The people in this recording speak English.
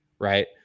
right